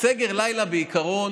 סגר לילה, בעיקרון,